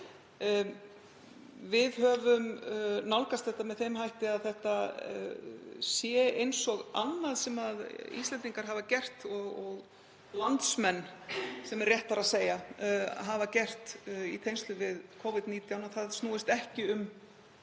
Við höfum nálgast þetta með þeim hætti að þetta sé eins og annað sem Íslendingar hafa gert og landsmenn, sem er réttara að segja, í tengslum við Covid-19, að það snúist ekki um